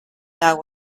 that